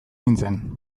nintzen